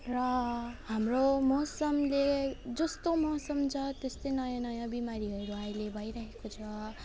र हाम्रो मौसमले जस्तो मौसम छ त्यस्तै नयाँ नयाँ बिमारीहरू अहिले भइरहेको छ